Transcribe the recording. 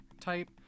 type